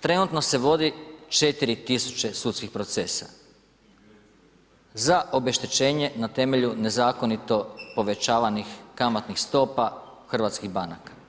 trenutno se vodi 4 tisuće sudskih procesa za obeštećenje na temelju nezakonito povećavanih kamatnih stopa hrvatskih banaka.